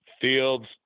Fields